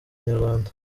inyarwanda